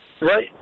right